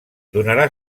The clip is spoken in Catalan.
donarà